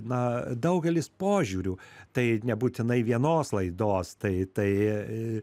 na daugelis požiūrių tai nebūtinai vienos laidos tai tai